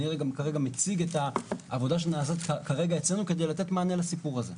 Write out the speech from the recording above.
אני כרגע מציג את העבודה שנעשית כרגע אצלנו כדי לתת מענה לסיפור הזה.